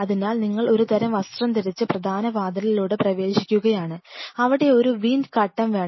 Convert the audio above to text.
അതിനാൽ നിങ്ങൾ ഒരുതരം വസ്ത്രം ധരിച്ച് പ്രധാന വാതിലിലൂടെ പ്രവേശിക്കുകയാണ് അവിടെയൊരു വിൻഡ് കർട്ടൻ വേണം